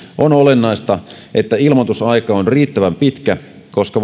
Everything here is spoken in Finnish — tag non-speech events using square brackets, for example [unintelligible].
on olennaista että ilmoitusaika on riittävän pitkä koska [unintelligible]